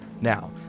now